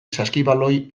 saskibaloi